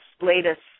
latest